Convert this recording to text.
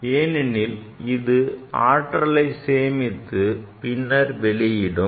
ஏனெனில் இது ஆற்றலை சேமித்து பின்னர் வெளியிடும்